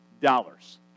dollars